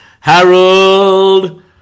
Harold